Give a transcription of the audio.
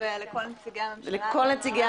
לכל נציגי המשרדים,